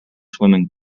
swimming